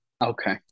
Okay